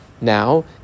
now